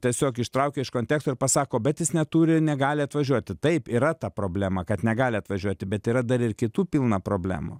tiesiog ištraukia iš konteksto ir pasako bet jis neturi negali atvažiuoti taip yra ta problema kad negali atvažiuoti bet yra dar ir kitų pilna problemų